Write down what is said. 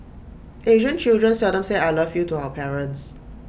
Asian children seldom say I love you to our parents